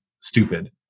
stupid